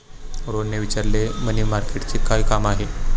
रोहनने विचारले, मनी मार्केटचे काय काम आहे?